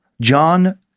John